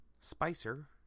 Spicer